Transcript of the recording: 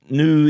nu